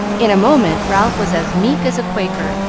in a moment ralph was as meek as a quaker,